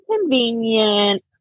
convenient